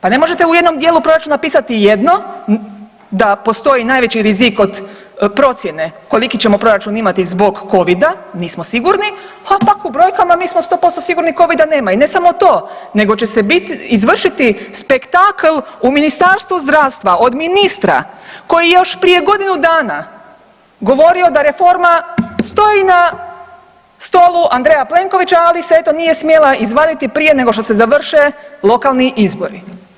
Pa ne možete u jednom dijelu proračuna pisati jedno da postoji najveći rizik od procjene koliki ćemo proračun imati zbog Covid-a nismo sigurni, a pak u brojkama mi smo 100% sigurni Covid-a nema i ne samo to, nego će se izvršiti spektakl u Ministarstvu zdravstva od ministra koji je još prije godinu dana govorio da reforma stoji na stolu Andreja Plenkovića ali se eto nije smjela izvaditi prije nego što se završe lokalni izbori.